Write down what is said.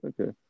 okay